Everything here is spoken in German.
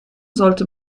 sollte